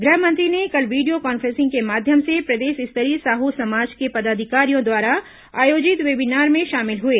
गृहमंत्री कल video conferencing के माध्यम से प्रदेश स्तरीय साहू समाज के पदाधिकारियों द्वारा आयोजित वेबिनार में शामिल हुए